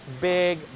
big